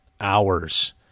hours